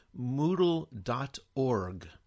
moodle.org